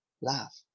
laugh